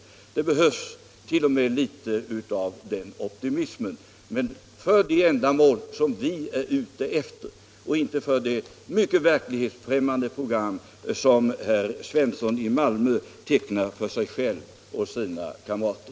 Det behövs faktiskt litet av den optimismen för de ändamål som vi är ute efter —- inte för det mycket verklighetsfrämmande program som herr Svensson i Malmö tecknar för sig själv och sina kamrater.